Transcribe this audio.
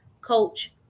coach